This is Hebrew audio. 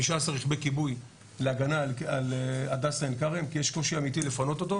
רכבי כיבוי להגנה על הדסה עין כרם כי יש קושי אמיתי לפנות אותו.